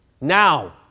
Now